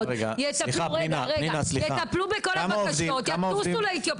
זה לא סביר.